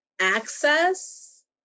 access